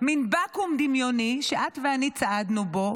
מין בקו"ם דמיוני שאת ואני צעדנו בו,